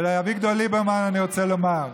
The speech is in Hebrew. ולאביגדור ליברמן אני רוצה לומר: